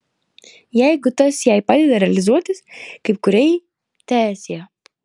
jeigu tas jai padeda realizuotis kaip kūrėjai teesie